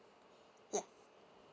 ya